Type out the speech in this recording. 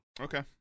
Okay